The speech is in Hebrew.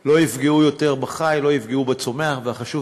ולא יפגעו יותר בחי, לא יפגעו בצומח, והחשוב